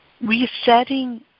Resetting